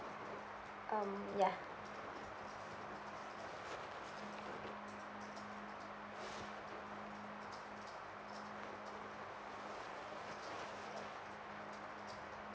um ya